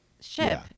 ship